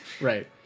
Right